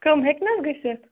کم ہیٚکہِ نہَ حظ گٔژھِتھ